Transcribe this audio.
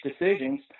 decisions